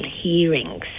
hearings